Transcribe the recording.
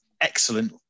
excellent